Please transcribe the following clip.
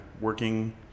working